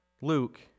Luke